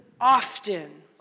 often